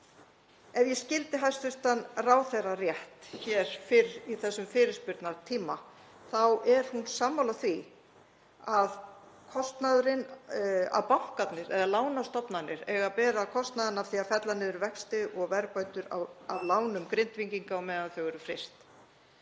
Ef ég skildi hæstv. ráðherra rétt fyrr í þessum fyrirspurnatíma er hún sammála því að bankarnir eða lánastofnanir eigi að bera kostnaðinn af því að fella niður vexti og verðbætur af lánum Grindvíkinga á meðan þau eru fryst.